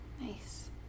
Nice